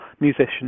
musicians